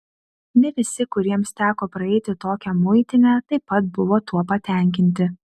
ne visi kuriems teko praeiti tokią muitinę taip pat buvo tuo patenkinti